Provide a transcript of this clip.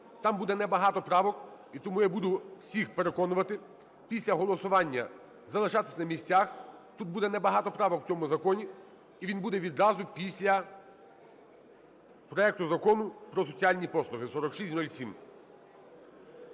Так, буде небагато правок, і тому я буду всіх переконувати після голосування залишатися на місцях. Тут буде небагато правок, у цьому законі, і він буде відразу після проекту Закону про соціальні послуги (4607).